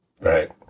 Right